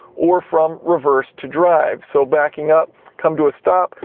or from reverse to drive. so backing up, come to a stop,